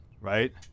right